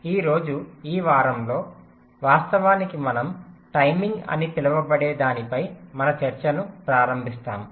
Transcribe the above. ఈ రోజు ఈ వారంలో వాస్తవానికి మనం టైమింగ్ అని పిలువబడే దానిపై మన చర్చను ప్రారంభిస్తాము